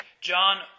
John